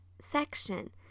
section